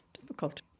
difficult